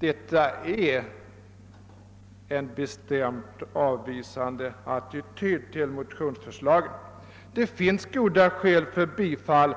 Detta är en bestämt avvisande attityd till motionsförslagen. Det finns goda skäl för bifall